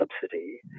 subsidy